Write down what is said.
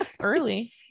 early